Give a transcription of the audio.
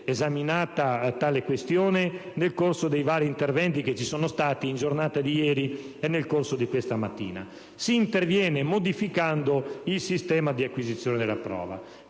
esaminata tale questione nel corso dei vari interventi che ci sono stati nella giornata di ieri e nel corso di questa mattina. Si interviene modificando il sistema di acquisizione della prova,